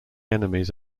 enemies